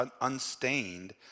unstained